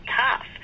tough